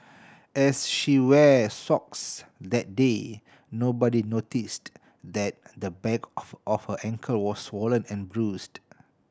as she wear socks that day nobody noticed that the back of of her ankle was swollen and bruised